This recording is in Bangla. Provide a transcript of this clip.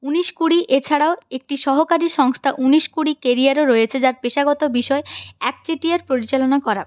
উনিশ কুড়ি এছাড়াও একটি সহকারি সংস্থা উনিশ কুড়ি ক্যারিয়ারও রয়েছে যার পেশাগত বিষয় একচেটিয়ার পরিচালনা করা